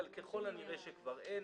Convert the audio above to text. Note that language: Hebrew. אבל ככל הנראה כבר אין